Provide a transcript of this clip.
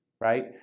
right